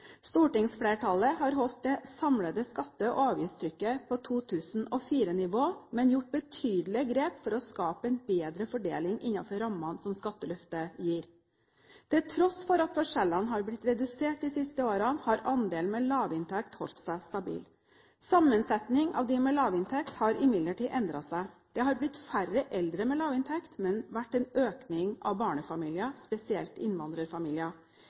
Stortingsflertallet har holdt det samlede skatte- og avgiftstrykket på 2004-nivå, men gjort betydelige grep for å skape en bedre fordeling innenfor rammene som skatteløftet gir. Til tross for at forskjellene har blitt redusert de siste årene, har andelen med lavinntekt holdt seg stabil. Sammensetningen av dem med lavinntekt har imidlertid endret seg. Det har blitt færre eldre med lavinntekt, men en økning med hensyn til barnefamilier, spesielt innvandrerfamilier.